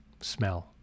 smell